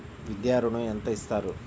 విద్యా ఋణం ఎంత ఇస్తారు?